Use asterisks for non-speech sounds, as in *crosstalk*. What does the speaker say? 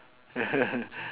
*laughs*